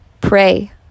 pray